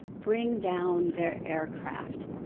bring down their aircraft.